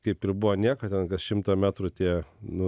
kaip ir buvo nieko ten kas šimtą metrų tie nu